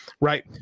right